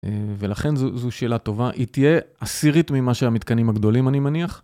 ולכן זו שאלה טובה, היא תהיה אסירית ממה שהמתקנים הגדולים אני מניח.